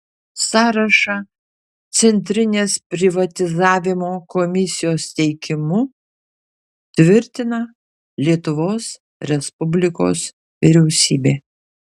sąrašą centrinės privatizavimo komisijos teikimu tvirtina lietuvos respublikos vyriausybė